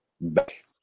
back